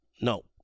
No